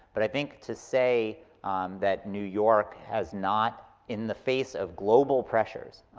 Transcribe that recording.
but i think to say that new york has not, in the face of global pressures,